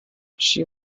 she